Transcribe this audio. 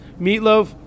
Meatloaf